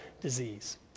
disease